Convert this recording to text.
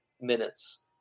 minutes